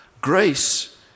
Grace